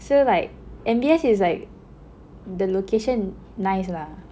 so like M_B_S is like the location nice lah